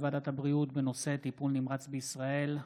טיפול נמרץ בישראל,